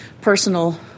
personal